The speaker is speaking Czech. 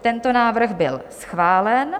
Tento návrh byl schválen.